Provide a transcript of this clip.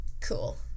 cool